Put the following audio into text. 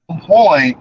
point